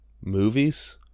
movies